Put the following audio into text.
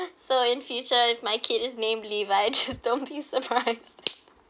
so in future if my kid is name levi just don't be surprise